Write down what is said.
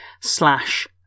slash